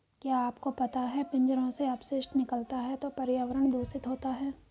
क्या आपको पता है पिंजरों से अपशिष्ट निकलता है तो पर्यावरण दूषित होता है?